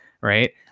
right